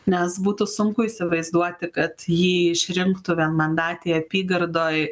nes būtų sunku įsivaizduoti kad jį išrinktų vienmandatėje apygardoj